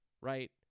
right